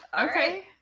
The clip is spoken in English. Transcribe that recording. Okay